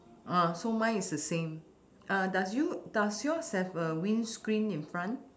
uh so my is the same uh does you does yours have a wind screen in front